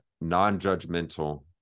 non-judgmental